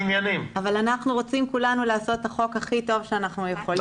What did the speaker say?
כולנו רוצים לעשות את החוק הכי טוב שאנחנו יכולים